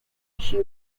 she